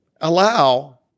allow